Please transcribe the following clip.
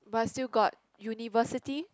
but I still got university